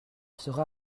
sera